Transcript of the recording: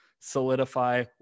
solidify